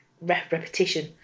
repetition